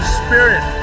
spirit